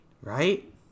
Right